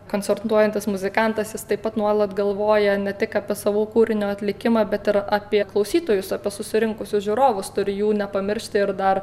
koncertuojantis muzikantas jis taip pat nuolat galvoja ne tik apie savo kūrinio atlikimą bet ir apie klausytojus apie susirinkusius žiūrovus turi jų nepamiršti ir dar